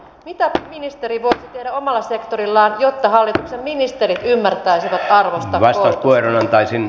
mitä ministeri voisi tehdä omalla sektorillaan jotta hallituksen ministerit ymmärtäisivät arvostaa koulutusta